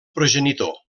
progenitor